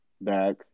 back